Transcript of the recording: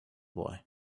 boy